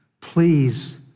please